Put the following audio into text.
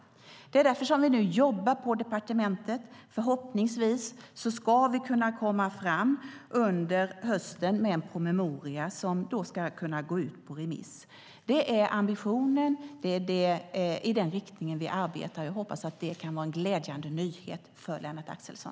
Därför jobbar vi nu med detta på departementet, och förhoppningsvis kan vi under hösten lägga fram en promemoria som kan gå ut på remiss. Det är ambitionen, och det är i den riktningen vi arbetar. Jag hoppas att det är en glädjande nyhet för Lennart Axelsson.